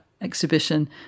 exhibition